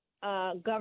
Government